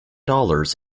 dollars